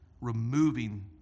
removing